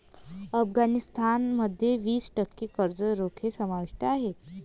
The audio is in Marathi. अफगाणिस्तान मध्ये वीस टक्के कर्ज रोखे समाविष्ट आहेत